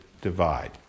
divide